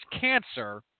cancer